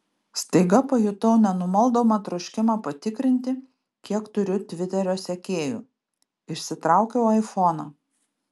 staiga pajutau nenumaldomą troškimą patikrinti kiek turiu tviterio sekėjų išsitraukiau aifoną